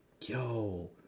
Yo